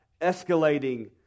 escalating